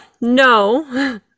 no